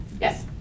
Yes